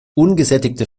ungesättigte